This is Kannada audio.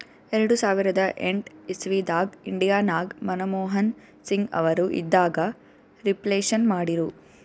ಎರಡು ಸಾವಿರದ ಎಂಟ್ ಇಸವಿದಾಗ್ ಇಂಡಿಯಾ ನಾಗ್ ಮನಮೋಹನ್ ಸಿಂಗ್ ಅವರು ಇದ್ದಾಗ ರಿಫ್ಲೇಷನ್ ಮಾಡಿರು